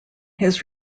his